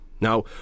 now